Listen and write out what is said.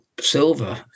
Silver